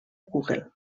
google